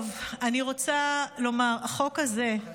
טוב, אני רוצה לומר, החוק הזה הוא